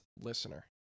listener